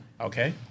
Okay